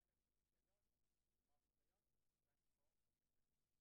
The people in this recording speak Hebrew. היום ה-21 בנובמבר 2018,